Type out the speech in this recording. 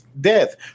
death